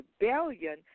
rebellion